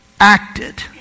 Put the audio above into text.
acted